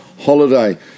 holiday